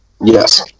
Yes